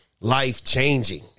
life-changing